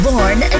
Born